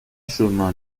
chemin